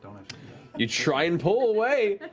you try and pull away,